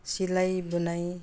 सिलाईबुनाई